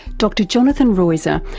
dr jonathan roiser,